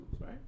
right